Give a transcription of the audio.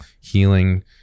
healing